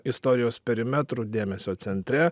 istorijos perimetrų dėmesio centre